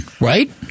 right